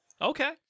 Okay